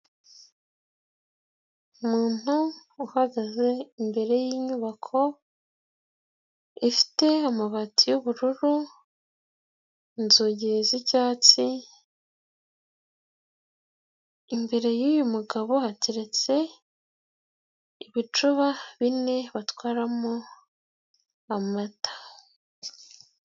Umuntu uhagaze imbere y'inyubako, ifite amabati y'ubururu inzugi z'icyatsi, imbere y'uyu mugabo, hateretse ibicuba bine batwaramo amata.